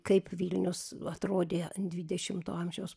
kaip vilnius atrodė dvidešimto amžiaus